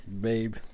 Babe